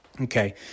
Okay